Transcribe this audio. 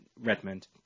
Redmond